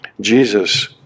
Jesus